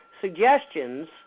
suggestions